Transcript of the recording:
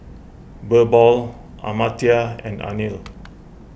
Birbal Amartya and Anil